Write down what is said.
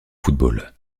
football